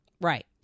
Right